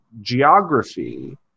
geography